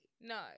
No